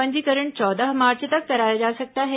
पंजीकरण चौदह मार्च तक कराया जा सकता है